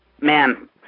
man